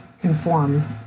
conform